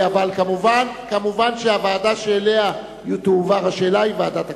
אבל כמובן שהוועדה שאליה תועבר השאלה היא ועדת הכנסת.